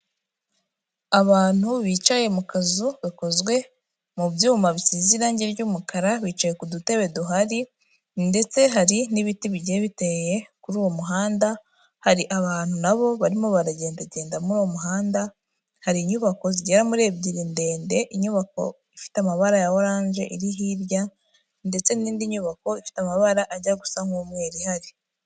Abantu bicaye mukazu gakozwe mubyuma bisize irange ry'umukara bicaye kudutebe duhari ndetse Hari nibiti bigiye biteye kumuhanda Hari abantu nabo barimo baragendage muruwo muhanda harinyubako zigera muri ebyiri ndende harinyubako ifite amabara ya orange ndetse nindinyubako ifite amabara ajyagusa n'umweru